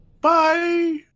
Bye